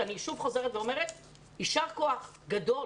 אני שוב חוזרת ואומרת יישר כוח גדול